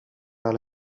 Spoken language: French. par